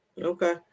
Okay